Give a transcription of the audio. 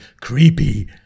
creepy